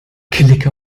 klicke